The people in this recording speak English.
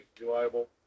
reliable